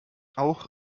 auch